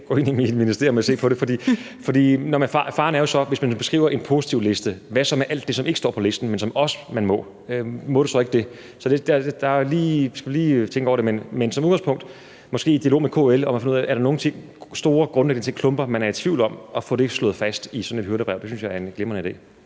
tilbage, når mit ministerium har set på det, for faren er jo så, at hvis man beskriver en positivliste, hvad så med alt det, som ikke står på listen, men som man også må? Må man så ikke det? Vi skal lige tænke over det; men som udgangspunkt, måske i dialog med KL, kan vi prøve at finde ud af, om der er nogle af de store grundlæggende klumper, man er i tvivl om, og få det slået fast i sådan et hyrdebrev. Det synes jeg er en glimrende idé.